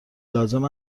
لازم